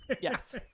Yes